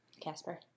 Casper